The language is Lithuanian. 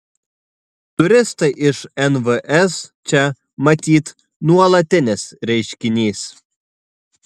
turistai iš nvs čia matyt nuolatinis reiškinys